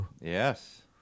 Yes